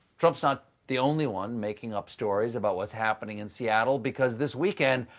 trump's not the only one making up stories about what's happening in seattle, because this weekend,